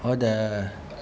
all the